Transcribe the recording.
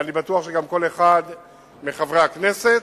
ואני בטוח שגם כל אחד מחברי הכנסת,